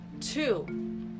Two